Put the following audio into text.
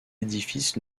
édifice